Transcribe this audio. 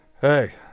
Hey